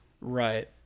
right